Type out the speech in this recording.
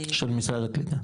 של משרד הקליטה?